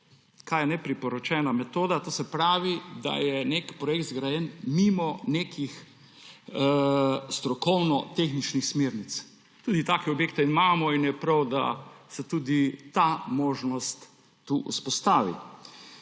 Kaj je nepriporočena metoda? To se pravi, da je nek projekt zgrajen mimo nekih strokovno-tehničnih smernic. Tudi take objekte imamo in je prav, da se tudi ta možnost tu vzpostavi.